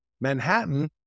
Manhattan